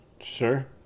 Sure